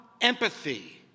empathy